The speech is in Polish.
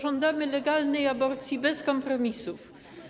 Żądamy legalnej aborcji bez kompromisów.